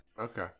Okay